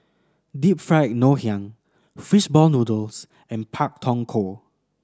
Deep Fried Ngoh Hiang fish ball noodles and Pak Thong Ko